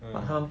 mm